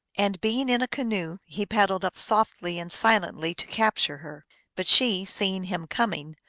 and being in a canoe he paddled up softly and si lently to capture her but she, seeing him coming,